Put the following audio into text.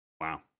Wow